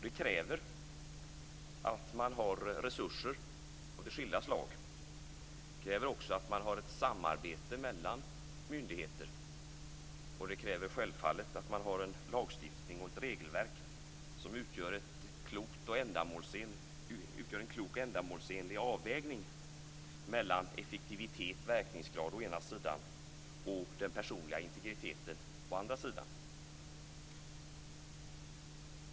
Det kräver att man har resurser av skilda slag. Det kräver också att man har ett samarbete mellan myndigheter. Och det kräver självfallet att man har en lagstiftning och ett regelverk som utgör en klok och ändamålsenlig avvägning mellan effektivitet och verkningsgrad å den ena sidan och den personliga integriteten å den andra sidan.